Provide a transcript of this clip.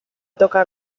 tocar